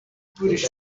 c’est